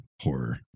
horror